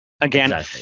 again